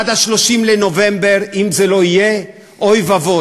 עד 30 בנובמבר, אם זה לא יהיה, אוי ואבוי.